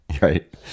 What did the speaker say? Right